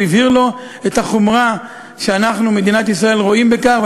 הוא הבהיר לו את החומרה שמדינת ישראל רואה בכך,